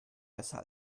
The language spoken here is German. besser